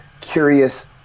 curious